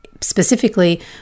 specifically